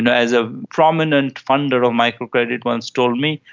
and as a prominent funder of microcredit once told me,